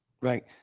right